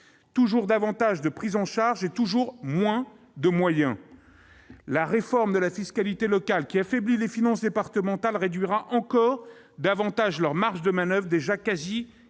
toujours davantage de prise en charge et toujours moins de moyens. La réforme de la fiscalité locale, qui affaiblit les finances départementales, réduira encore davantage leurs marges de manoeuvre, déjà quasi